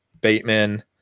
Bateman